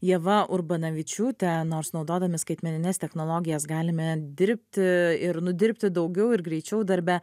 ieva urbanavičiūte nors naudodami skaitmenines technologijas galime dirbti ir nudirbti daugiau ir greičiau darbe